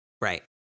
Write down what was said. Right